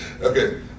Okay